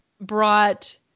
brought